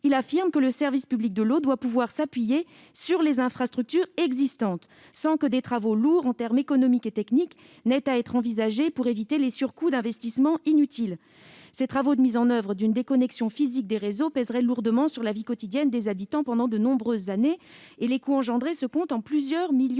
il affirme que le service public de l'eau doit pouvoir s'appuyer sur les infrastructures existantes, sans que des travaux lourds, tant économiquement que techniquement, aient à être envisagés pour éviter les surcoûts résultant d'investissements inutiles. Ces travaux de mise en oeuvre d'une déconnexion physique des réseaux pèseraient lourdement sur la vie quotidienne des habitants, pendant de nombreuses années, et les coûts engendrés se chiffreraient en millions